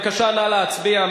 בבקשה, נא להצביע.